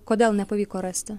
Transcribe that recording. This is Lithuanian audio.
kodėl nepavyko rasti